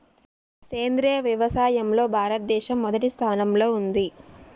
సేంద్రియ వ్యవసాయంలో భారతదేశం మొదటి స్థానంలో ఉంది